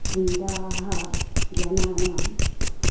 क्रीडाः जनानाम्